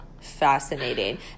fascinating